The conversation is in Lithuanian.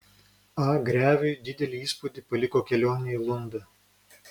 a greviui didelį įspūdį paliko kelionė į lundą